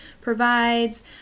provides